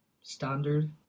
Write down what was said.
standard